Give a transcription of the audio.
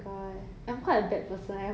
I think right for me